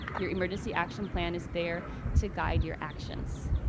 your emergency action plan is there to guide your actions.